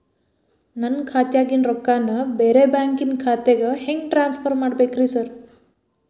ನನ್ನ ಖಾತ್ಯಾಗಿನ ರೊಕ್ಕಾನ ಬ್ಯಾರೆ ಬ್ಯಾಂಕಿನ ಖಾತೆಗೆ ಹೆಂಗ್ ಟ್ರಾನ್ಸ್ ಪರ್ ಮಾಡ್ಬೇಕ್ರಿ ಸಾರ್?